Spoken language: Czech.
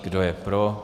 Kdo je pro?